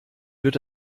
wird